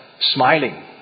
smiling